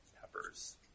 peppers